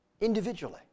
Individually